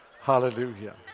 Hallelujah